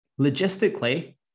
Logistically